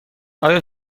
آیا